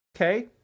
okay